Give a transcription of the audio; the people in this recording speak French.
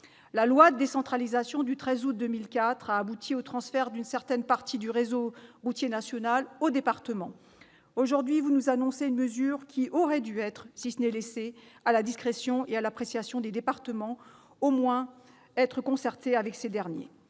La loi de décentralisation du 13 août 2004 a abouti au transfert d'une certaine partie du réseau routier national aux départements. Aujourd'hui, vous nous annoncez une mesure qui aurait dû être, si ce n'est laissée à la discrétion et à l'appréciation des départements, au moins concertée avec ces derniers.